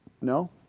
No